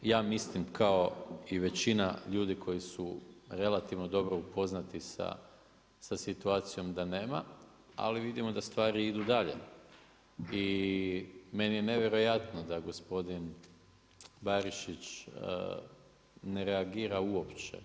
Ja mislim kao i većina ljudi koji su relativno dobro upoznati sa situacijom da nema, ali vidimo da stvari idu dalje i meni je nevjerojatno da gospodin Barišić ne reagira uopće.